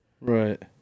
right